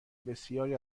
بسیاری